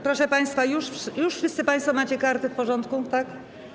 Proszę państwa, już wszyscy państwo macie karty w porządku, tak?